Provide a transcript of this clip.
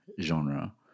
genre